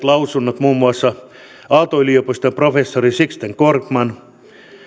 lausunnot muun muassa aalto yliopiston professorit sixten korkman